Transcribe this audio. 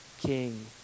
king